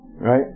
Right